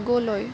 আগলৈ